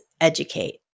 educate